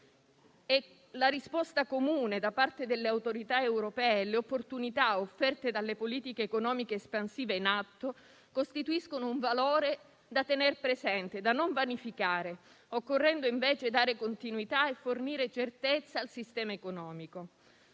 La risposta comune da parte delle autorità europee e le opportunità offerte dalle politiche economiche espansive in atto costituiscono un valore da tener presente e da non vanificare, occorrendo invece dare continuità e fornire certezza al sistema economico.